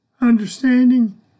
understanding